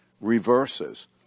reverses